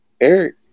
Eric